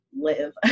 live